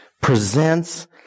presents